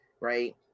right